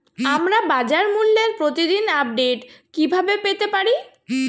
আমরা বাজারমূল্যের প্রতিদিন আপডেট কিভাবে পেতে পারি?